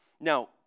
Now